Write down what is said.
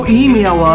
email